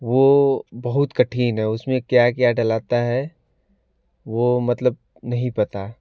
वह बहुत कठिन है उसमें क्या क्या डलता है वह मतलब नहीं पता